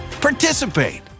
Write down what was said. participate